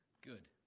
good